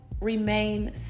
remain